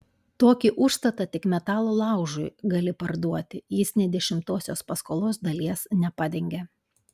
tokį užstatą tik metalo laužui gali parduoti jis nė dešimtosios paskolos dalies nepadengia